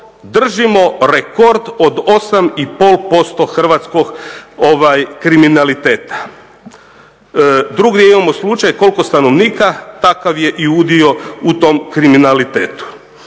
držimo rekord od 8 i pol posto hrvatskog kriminaliteta. Drugdje imamo slučaj koliko stanovnika takav je i udio u tom kriminalitetu.